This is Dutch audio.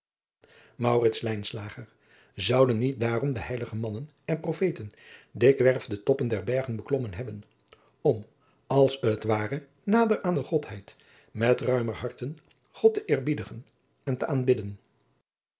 zouden niet daarom de heilige mannen en profeten dikwerf de toppen der bergen beklommen hebben om als het ware nader aan de godheid met ruimer harten god te eerbiedigen en te aanbidden